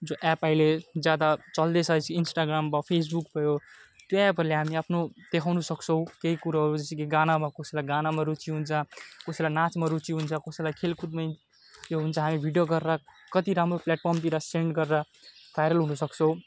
जो एप अहिले ज्यादा चल्दैछ इन्स्टाग्राम भयो फेसबुक भयो त्यो एपहरूले हामी आफ्नो देखाउन सक्छौँ केही कुरोहरू जस्तो कि गाना अब कसैलाई गानामा रुचि हुन्छ कसैलाई नाचमा रुचि हुन्छ कसैलाई खेलकुदमा उयो हुन्छ हामी भिडियो गरेर कति राम्रो प्ल्याटफर्मतिर सेन्ड गरेर भाइरल हुन सक्छौँ